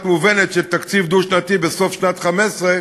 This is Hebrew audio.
מובנת של תקציב דו-שנתי בסוף שנת 15'